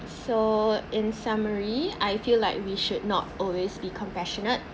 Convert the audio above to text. so in summary I feel like we should not always be compassionate